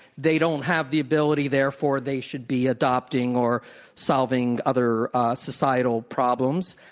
they don't have the ability, therefore, they should be adopting or solving other societal problems.